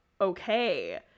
okay